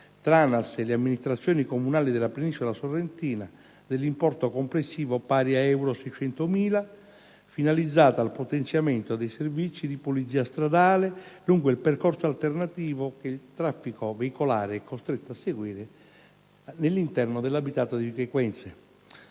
tra ANAS e le amministrazioni comunali della Penisola sorrentina, dell'importo complessivo pari a 600.000 euro, finalizzata al potenziamento dei servizi di polizia stradale lungo il percorso alternativo che il traffico veicolare è costretto a seguire nell'interno dell'abitato di Vico Equense.